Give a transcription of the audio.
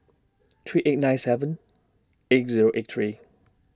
three eight nine seven eight Zero eight three